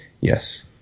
yes